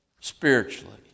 spiritually